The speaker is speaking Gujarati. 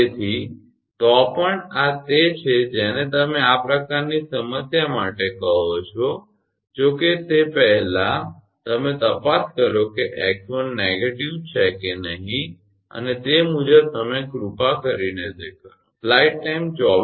તેથી તો પણ આ તે છે જેને તમે આ પ્રકારની સમસ્યા માટે કહો છો કે જો તે પહેલા તમે તપાસ કરો કે 𝑥1 નકારાત્મક છે કે નહીં અને તે મુજબ તમે કૃપા કરીને તે કરો